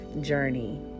journey